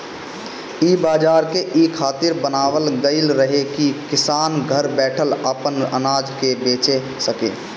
इ बाजार के इ खातिर बनावल गईल रहे की किसान घर बैठल आपन अनाज के बेचा सके